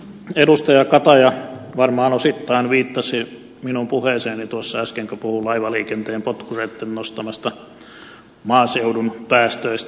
edustaja kataja varmaan osittain viittasi minun puheeseeni äsken kun puhui laivaliikenteen potkureitten nostamista maaseudun päästöistä